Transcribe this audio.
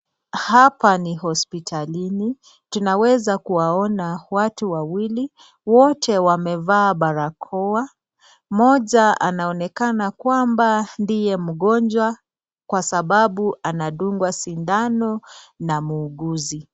Hapa ni hospitalini tunaweza kuwaona watu wawili wote wamevaa barakoa mmoja anaoneka kwamba ndiye mgonjwa kwa sababu anadungwa sindano na muuguzi.